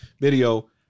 video